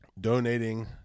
donating